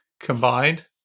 combined